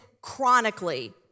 chronically